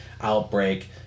outbreak